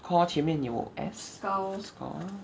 caw 前面有 S